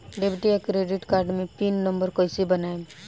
Debit या credit card मे pin number कैसे बनाएम?